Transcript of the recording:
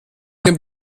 dem